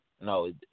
No